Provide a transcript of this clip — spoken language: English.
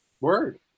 word